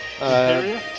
Area